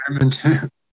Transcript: environment